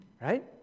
Right